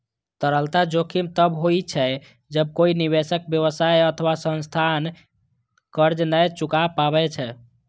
तरलता जोखिम तब होइ छै, जब कोइ निवेशक, व्यवसाय अथवा संस्थान कर्ज नै चुका पाबै छै